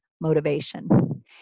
motivation